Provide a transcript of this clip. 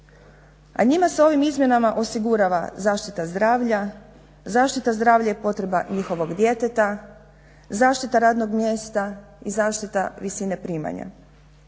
A njima s ovim izmjenama osigurava zaštita zdravlja, zaštita zdravlja i potreba njihovog djeteta, zaštita radnog mjesta i zaštita visine primanja.